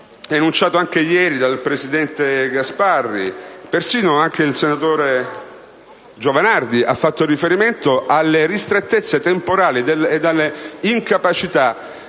ribadito anche ieri dal presidente Gasparri; persino il senatore Giovanardi ha fatto riferimento alle ristrettezze temporali e alle incapacità